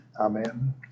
Amen